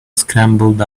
scrambled